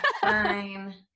Fine